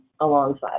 alongside